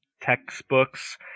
textbooks